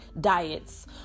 diets